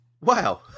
Wow